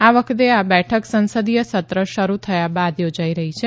આ વખતે આ બેઠક સંસદીય સત્ર શરૂ થયા બાદ યોજાઇ રહી છે